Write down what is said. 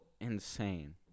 insane